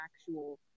actual